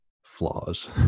flaws